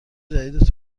جدید